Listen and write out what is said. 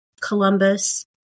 Columbus